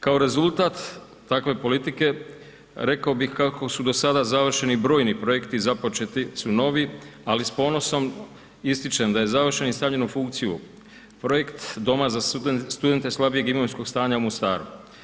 Kao rezultat takve politike, rekao bih kako su do sada završeni brojni projekti, započeti su novi ali s ponosom ističem da je završen i stavljen u funkciju projekt doma za studente slabijeg imovinskog stanja u Mostaru.